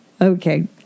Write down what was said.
Okay